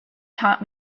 taught